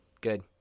Good